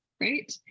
right